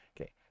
okay